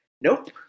nope